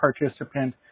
participant